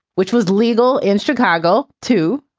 which was legal in chicago, too.